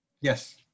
yes